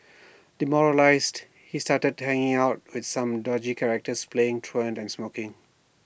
demoralised he started hanging out with some dodgy characters playing truant and smoking